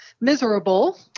miserable